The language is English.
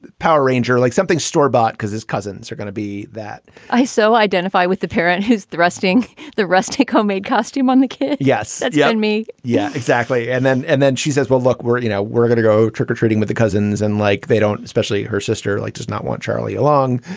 power ranger like something store-bought because his cousins are going to be that i so identify with the parent who's thrusting the rustic homemade costume on the kid. yes. that young me yeah. exactly. and then and then she says, well, look, we're you know, we're going to go trick or treating with the cousins and like they don't. especially her sister like does not want charlie along.